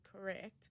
correct